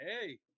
Hey